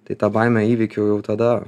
tai tą baimę įveikiau jau tada